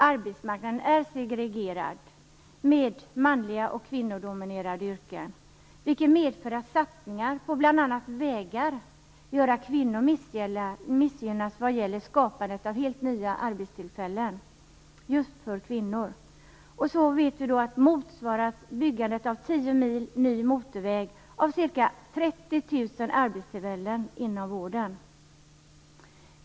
Arbetsmarknaden är segregerad, med mans och kvinnodominerade yrken. Det betyder att satsningar på bl.a. vägar gör att kvinnor missgynnas vad gäller skapandet av helt nya arbetstillfällen. Vi vet att byggandet av tio mil ny motorväg motsvaras av ca 30 000 arbetstillfällen inom vården.